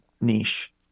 niche